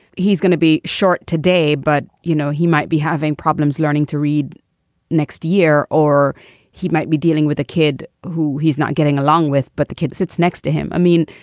he's going to be short today, but, you know, he might be having problems learning to read next year or he might be dealing with a kid who he's not getting along with, but the kids sits next to him. i mean,